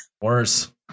Worse